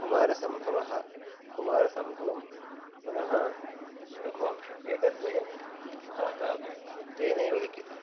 कुमारसम्भवं कुमारसम्भवं पुनः रघुवंशम् एतद्वयं महाकाव्यं तेनैव लिखितम्